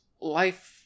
life